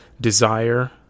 desire